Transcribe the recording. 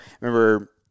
remember